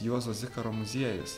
juozo zikaro muziejus